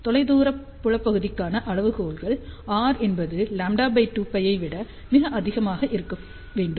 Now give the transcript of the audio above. தொலைதூர புலப்பகுதிக்கான அளவுகோல்கள் r என்பது λ 2π ஐ விட மிக அதிகமாக இருக்க வேண்டும்